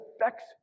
affects